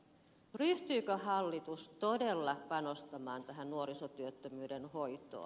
ryhtyykö hallitus todella panostamaan tähän nuorisotyöttömyyden hoitoon